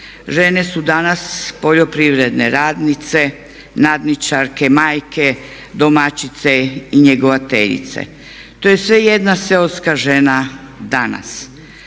Žene su danas poljoprivredne radnice, nadničarke, majke, domaćice i njegovateljice. To je sve jedna seoska žena danas.